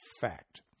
fact